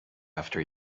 after